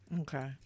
Okay